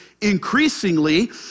increasingly